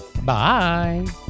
Bye